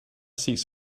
seats